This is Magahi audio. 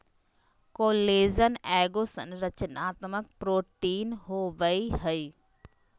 कोलेजन एगो संरचनात्मक प्रोटीन होबैय हइ